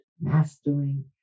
mastering